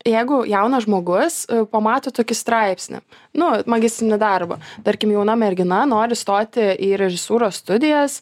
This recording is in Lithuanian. jeigu jaunas žmogus pamato tokį straipsnį nu magistrinį darbą tarkim jauna mergina nori stoti į režisūros studijas